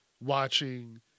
watching